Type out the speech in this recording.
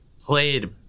played